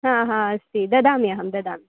हा हा अस्ति ददामि अहं ददामि